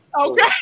Okay